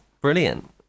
brilliant